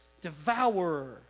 devourer